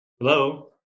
Hello